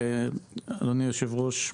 אדוני היושב-ראש,